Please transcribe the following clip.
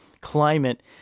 climate